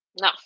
No